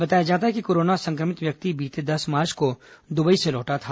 बताया जाता है कि कोरोना संक्रमित व्यक्ति बीते दस मार्च को दुबई से लौटा था